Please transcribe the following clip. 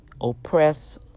oppress